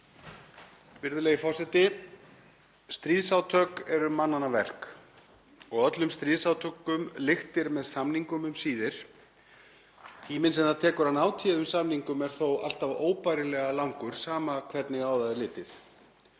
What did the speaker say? Virðulegur forseti. Stríðsátök eru mannanna verk og öllum stríðsátökum lyktir með samningum um síðir. Tíminn sem það tekur að ná téðum samningum er þó alltaf óbærilega langur, sama hvernig á það er litið.